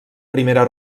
primera